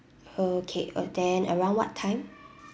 okay oh then around what time